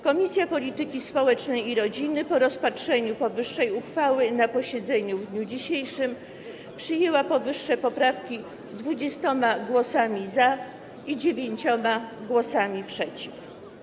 Komisja Polityki Społecznej i Rodziny po rozpatrzeniu powyższej uchwały na posiedzeniu w dniu dzisiejszym przyjęła powyższe poprawki 20 głosami „za” i dziewięcioma głosami „przeciw”